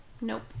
Nope